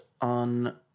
on